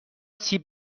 سیب